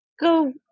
go